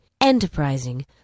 enterprising